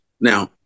Now